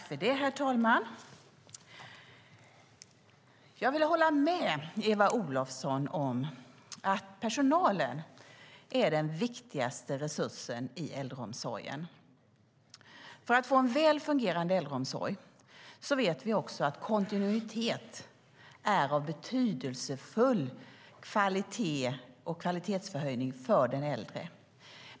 Herr talman! Jag vill hålla med Eva Olofsson om att personalen är den viktigaste resursen i äldreomsorgen. För att få en väl fungerande äldreomsorg vet vi också att kontinuitet ger betydelsefull kvalitet och kvalitetshöjning för den äldre.